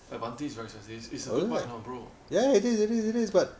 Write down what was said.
eh Avanti is very expensive it's a good bike you know bro